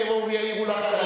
הם יבואו ויעירו לך על